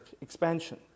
expansion